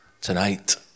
tonight